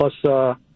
plus